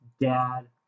dad